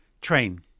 Train